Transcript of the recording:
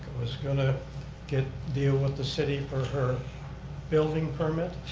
was going to get, deal with the city for her building permit,